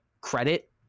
credit